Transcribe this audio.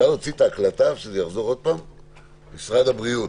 משרד הבריאות,